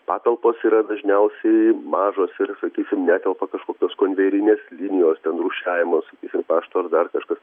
patalpos yra dažniausiai mažos ir sakysim netelpa kažkokios konvejerinės linijos ten rūšiavimo sakysim pašto ar dar kažkas